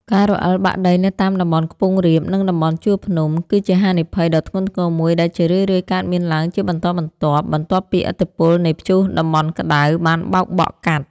ការរអិលបាក់ដីនៅតាមតំបន់ខ្ពង់រាប និងតំបន់ជួរភ្នំ គឺជាហានិភ័យដ៏ធ្ងន់ធ្ងរមួយដែលជារឿយៗកើតមានឡើងជាបន្តបន្ទាប់បន្ទាប់ពីឥទ្ធិពលនៃព្យុះតំបន់ក្ដៅបានបោកបក់កាត់។